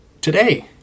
today